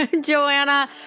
Joanna